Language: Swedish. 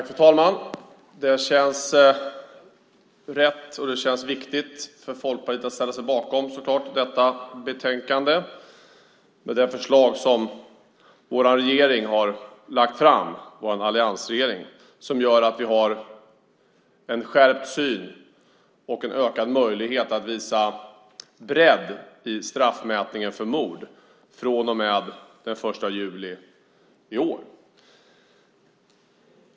Fru talman! Det känns självklart rätt och viktigt för Folkpartiet att ställa sig bakom detta betänkande och de förslag som vår alliansregering har lagt fram - förslag som innebär en skärpt syn och ökade möjligheter att visa på en bredd i straffmätningen för mord från och med den 1 juli i år.